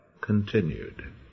continued